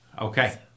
Okay